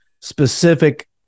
specific